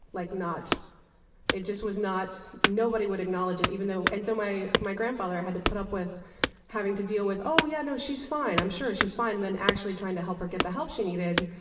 like not it just was not nobody would acknowledge it, even though and so my my grandfather had to put up with having to deal with, oh yeah, no, she's fine. i'm sure, she's fine. then actually trying to help her get the help she needed,